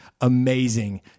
amazing